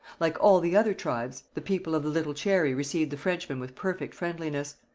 like all the other tribes, the people of the little cherry received the frenchmen with perfect friendliness.